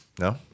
No